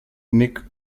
nick